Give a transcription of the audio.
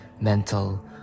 mental